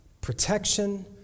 protection